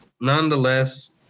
Nonetheless